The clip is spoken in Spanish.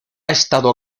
estado